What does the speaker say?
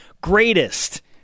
greatest